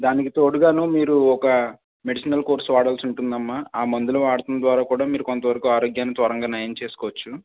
దానికితోడుగాను మీరు ఒక medicinal course వాడాల్సి ఉంటుందమ్మా ఆ మందులు వాడటం ద్వారా కూడా మీరు కొంతవరకు ఆరోగ్యాన్ని త్వరగా నయం చేసుకోవచ్చు